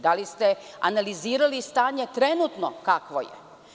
Da li ste analizirali stanje trenutno kakvo je.